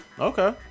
Okay